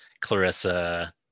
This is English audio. clarissa